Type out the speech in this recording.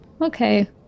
okay